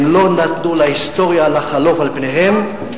הם לא נתנו להיסטוריה לחלוף על פניהם,